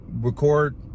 record